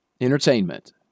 Entertainment